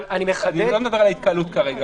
אני לא מדבר על ההתקהלות כרגע.